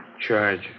Charge